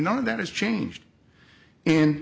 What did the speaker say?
none of that has changed and